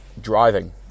driving